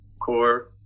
core